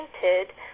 painted